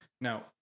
Now